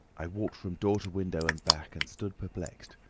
i walked from door to window and back, and stood perplexed.